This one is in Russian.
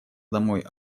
домой